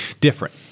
different